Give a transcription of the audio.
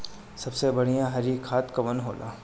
सबसे बढ़िया हरी खाद कवन होले?